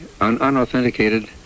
unauthenticated